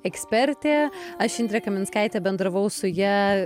ekspertė aš indrė kaminskaitė bendravau su ja